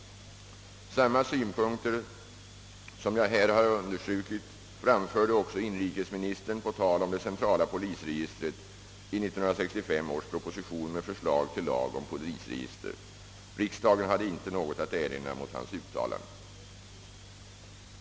Samma synpunkter, som jag här har understrukit, framförde också inrikesministern på tal om det centrala polisregistret i 1965 års proposition med förslag till lag om polisregister. Riksdagen hade inte något att erinra mot hans uttalanden.